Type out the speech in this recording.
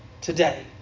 today